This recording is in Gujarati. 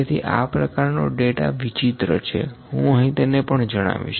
તેથી આં પ્રકારનો ડેટા વિચિત્ર છે હું અહી તેને પણ જણાવીશ